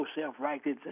self-righteous